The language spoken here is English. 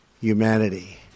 humanity